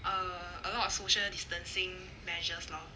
a a lot of social distancing measures lor